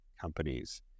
companies